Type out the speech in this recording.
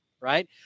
right